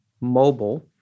mobile